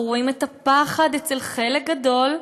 אנחנו רואים את הפחד אצל חלק גדול,